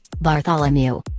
Bartholomew